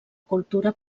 cultura